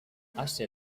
ase